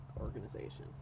organization